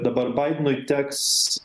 dabar baidenui teks